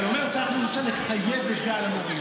אבל הוא אומר שאנחנו מנסים לחייב את זה על המורים.